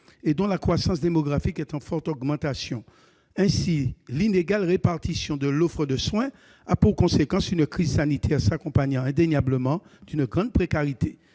et connaît une croissance démographique très forte. Ainsi, l'inégale répartition de l'offre de soins a pour conséquence une crise sanitaire qui s'accompagne indéniablement d'une grande précarité,